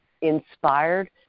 inspired